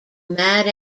mad